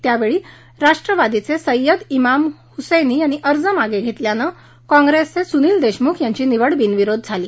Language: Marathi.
त्यावेळी राष्ट्रवादीचे सय्यद इम्रान हुसैनी यांनी अर्ज मागे घेतल्यानं काँप्रेसचे सुनील देशमुख यांची निवड बिनविरोध झाली